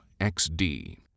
XD